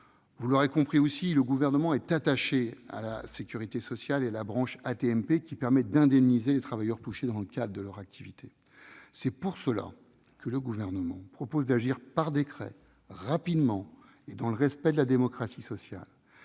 Vous l'aurez compris aussi, le Gouvernement est attaché à la sécurité sociale et à la branche AT-MP, qui permettent d'indemniser les travailleurs touchés dans le cadre de leur activité. C'est pour cela qu'il propose d'agir par décret, rapidement, et dans le respect de la démocratie sociale.